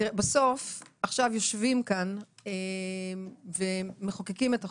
בסוף עכשיו יושבים כאן ומחוקקים את החוק,